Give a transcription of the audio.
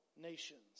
nations